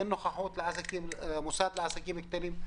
אין נוכחות לסוכנות לעסקים קטנים ובינוניים.